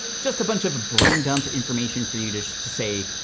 just a bunch of brain dump information for you just to say,